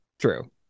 true